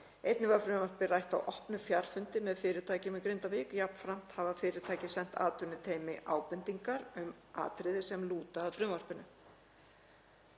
Einnig var frumvarpið rætt á opnum fjarfundi með fyrirtækjum í Grindavík. Jafnframt hafa fyrirtæki sent atvinnuteymi ábendingar um atriði sem lúta að frumvarpinu.